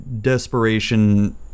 desperation